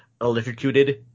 electrocuted